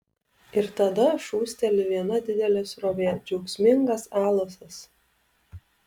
ir tada šūsteli viena didelė srovė džiaugsmingas alasas